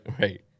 right